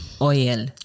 oil